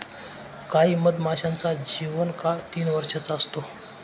काही मधमाशांचा जीवन काळ तीन वर्षाचा असतो